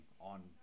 on